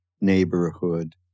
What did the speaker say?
neighborhood